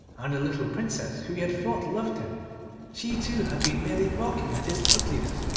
and the little princess who he had thought loved him she too had been merely mocking at his ugliness,